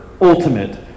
ultimate